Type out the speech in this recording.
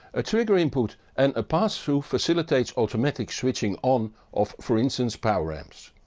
a trigger input and a pass-through facilitates automatic switching on of for instance power amps.